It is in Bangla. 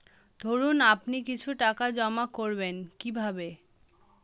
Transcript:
ধরুন আপনি কিছু টাকা জমা করবেন কিভাবে?